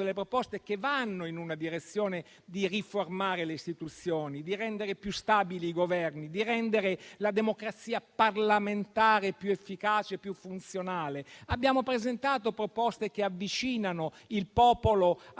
delle proposte che vanno in una direzione di riformare le istituzioni, di rendere più stabili i Governi, di rendere la democrazia parlamentare più efficace e funzionale. Abbiamo presentato proposte che avvicinano il popolo alle